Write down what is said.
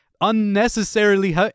unnecessarily